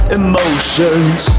emotions